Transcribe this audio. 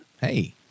Hey